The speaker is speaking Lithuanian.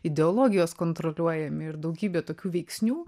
ideologijos kontroliuojami ir daugybė tokių veiksnių